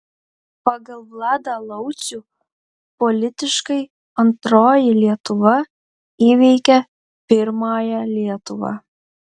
pagal vladą laucių politiškai antroji lietuva įveikia pirmąją lietuvą